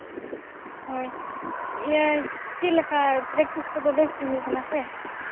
ᱦᱳᱭ ᱤᱭᱟᱹ ᱪᱮᱫ ᱞᱮᱠᱟ ᱯᱨᱮᱠᱴᱤᱥ ᱠᱚᱫᱚ ᱵᱮᱥᱜᱮ ᱦᱩᱭᱩᱜ ᱠᱟᱱᱟ ᱥᱮ